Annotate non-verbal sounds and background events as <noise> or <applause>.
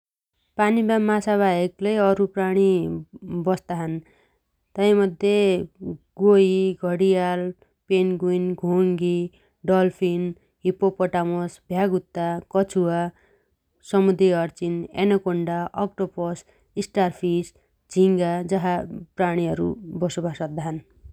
पानीम्बा माछाबाहेक लै अरू प्राणी <hesitation> बस्ताछन् । तैमध्ये <hesitation> गोही, घडियाल, पेन्गुइन, घोगी, डल्फिन, हिप्पोपोटामस, भ्यागुता, कछुवा, समुद्री अर्चिन, एनोकोन्डा, अक्टोपस, स्टारफिस, झि‌गा जासा प्राणीहरू बसोबास अद्दाछन् ।